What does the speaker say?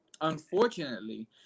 Unfortunately